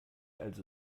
also